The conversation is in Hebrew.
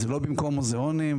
זה לא במקום מוזאונים,